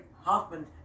Hoffman